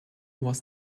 was